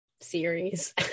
series